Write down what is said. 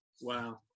Wow